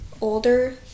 older